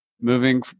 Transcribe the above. moving